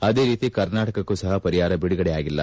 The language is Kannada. ಅದೇ ರೀತಿ ಕರ್ನಾಟಕಕ್ಕೂ ಸಹ ಪರಿಹಾರ ಬಿಡುಗಡೆಯಾಗಿಲ್ಲ